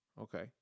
Okay